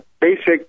basic